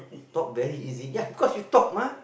talk very easy ya cause you talk mah